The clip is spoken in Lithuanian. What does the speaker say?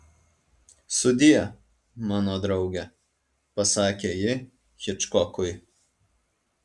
sudie mano drauge pasakė ji hičkokui